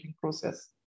process